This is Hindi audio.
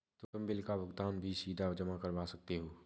तुम बिल का भुगतान भी सीधा जमा करवा सकते हो